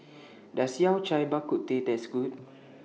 Does Yao Cai Bak Kut Teh Taste Good